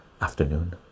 afternoon